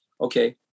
Okay